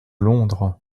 londres